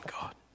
God